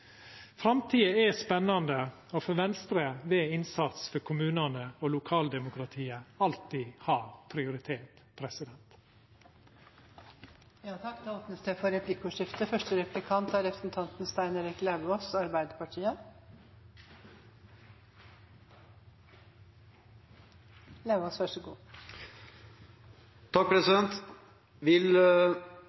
Framtida er spennande, og for Venstre vil innsats for kommunane og lokaldemokratiet alltid ha prioritet. Det blir replikkordskifte. Vil